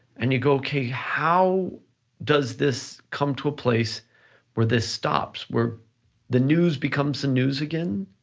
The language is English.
and you go, okay, how does this come to a place where this stops, where the news becomes the news again,